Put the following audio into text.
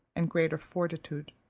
and greater fortitude.